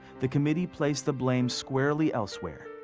the committee placed the blame squarely elsewhere,